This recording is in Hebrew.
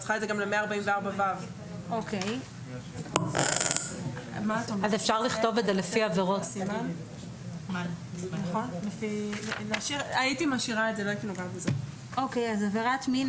את צריכה את זה גם לסעיף 144ו. "עבירת מין"